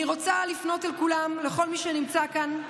אני רוצה לפנות אל כולם, לכל מי שנמצא כאן,